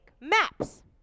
maps